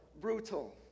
brutal